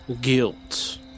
Guilt